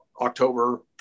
October